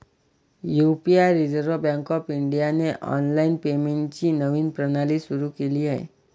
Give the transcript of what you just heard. UPI reserve bank of इंडियाने online पेमेंटची नवीन प्रणाली सुरू केली आहे